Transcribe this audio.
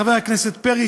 לחבר הכנסת פרי,